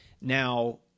Now